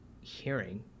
hearing